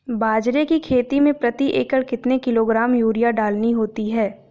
बाजरे की खेती में प्रति एकड़ कितने किलोग्राम यूरिया डालनी होती है?